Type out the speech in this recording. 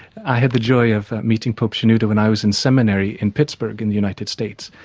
i had the joy of meeting pope shenouda when i was in seminary in pittsburgh in the united states.